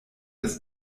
das